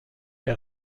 der